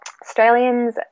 Australians